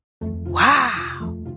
Wow